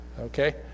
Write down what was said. Okay